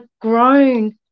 grown